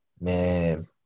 Man